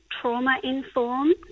trauma-informed